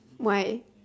why